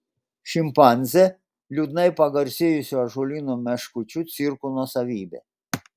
šimpanzė liūdnai pagarsėjusio ąžuolyno meškučių cirko nuosavybė